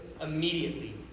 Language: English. immediately